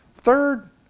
Third